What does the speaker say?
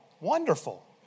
wonderful